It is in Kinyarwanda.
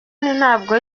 ntabwo